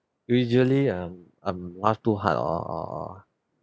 usually um um laugh too hard or or or or